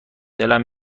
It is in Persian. دلم